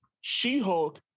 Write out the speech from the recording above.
She-Hulk